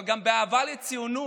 אבל גם באהבה לציונות.